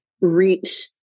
reach